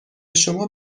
شما